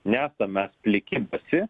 neesam mes pliki basi